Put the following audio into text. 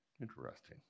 Interesting